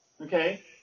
okay